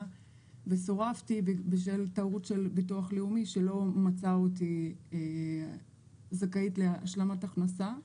וסורבתי בשל טעות של ביטוח לאומי שלא מצא אותי זכאית להשלמת הכנסה,